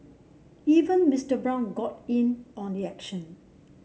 even Mister Brown got in on the action